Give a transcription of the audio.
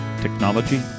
Technology